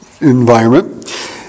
environment